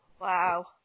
Wow